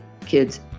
kids